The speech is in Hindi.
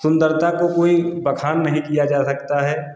सुन्दरता को कोई बखान नहीं किया जा सकता है